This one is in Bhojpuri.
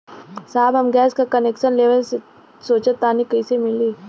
साहब हम गैस का कनेक्सन लेवल सोंचतानी कइसे मिली?